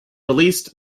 released